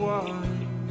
one